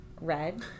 red